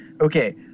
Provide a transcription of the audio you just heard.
Okay